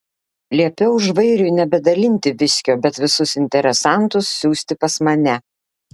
liepiau žvairiui nebedalinti viskio bet visus interesantus siųsti pas mane